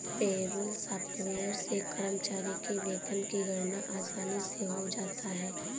payroll software से कर्मचारी के वेतन की गणना आसानी से हो जाता है